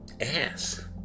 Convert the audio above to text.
ass